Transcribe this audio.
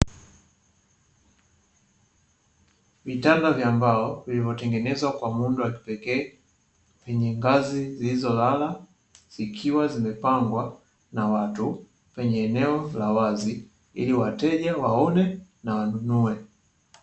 Vitanda vya mbao vilivyotengenezwa kwa muundo wa kipekee kwenye ngazi zilizolala, zikiwa zimepangwa na watu kwenye eneo la wazi ili wateja waone na wanunue.